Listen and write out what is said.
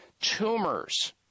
tumors